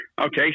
okay